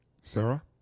Sarah